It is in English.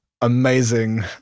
amazing